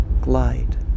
glide